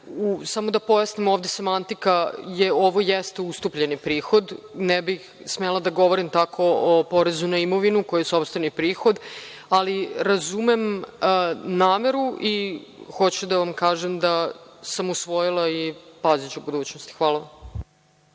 tome. Samo da pojasnim, ovde semantika, ovo jeste ustupljeni prihod, ne bih smela da govorim tako o porezu na imovinu, koji je sopstveni prihod, ali razumem nameru i hoću da vam kažem da sam usvojila i paziću u budućnosti. Hvala